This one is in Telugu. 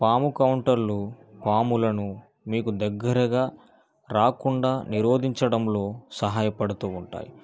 పాము కౌంటర్లు పాములను మీకు దగ్గరగా రాకుండా నిరోధించడంలో సహాయపడుతూ ఉంటాయి